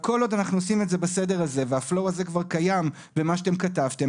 כל עוד אנחנו עושים את זה בסדר הזה וזה כבר קיים במה שאתם כתבתם,